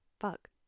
fuck